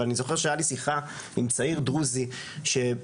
אבל אני זוכר שהיה לי שיחה עם צעיר דרוזי כשבאתי